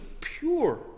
pure